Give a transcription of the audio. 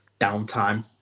downtime